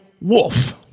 wolf